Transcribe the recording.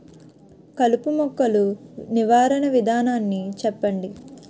కలుపు మొక్కలు నివారణ విధానాన్ని చెప్పండి?